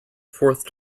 fourth